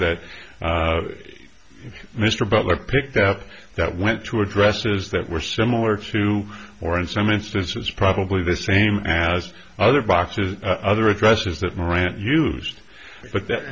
that mr butler picked up that went to addresses that were similar to or in some instances probably the same as other boxes other addresses that moran used but